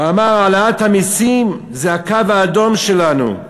הוא אמר: העלאת המסים זה הקו האדום שלנו.